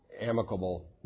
amicable